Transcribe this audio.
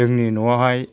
जोंनि न'आवहाय